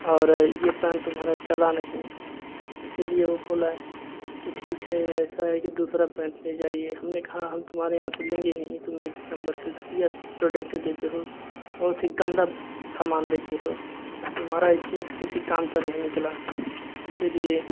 और ये पैंट तुम्हारा चला नहीं इसीलिए वो बोला की ठीक है ऐसा है की दूसरा पैंट ले जाइए हमने कहा हम तुम्हारे यहाँ से लेंगे ही नहीं तुम एक नम्बर के घटिया स प्रोडक्ट देते हो बहुत ही गंदा सामान देते हो तुम्हारा ये जींस किसी काम का नहीं निकला इसलिए